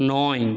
নয়